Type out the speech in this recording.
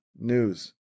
news